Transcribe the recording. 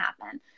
happen